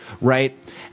right